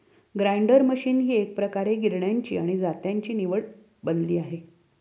grinder machine ही एकप्रकारे गिरण्यांची आणि जात्याची निवड बनली आहे